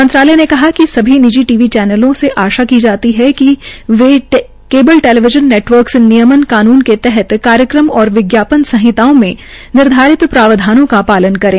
मंत्रालय ने कहा कि सभी निजी टी वी चैनलों से आशा की जाती है कि वे केवल टैलीविज़न नेटवर्क नियमन कानून के तहत कार्यक्रम और विज्ञापन संहिताओं में निर्धारित प्रावधानों का पालन करें